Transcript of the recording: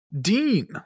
dean